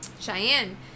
Cheyenne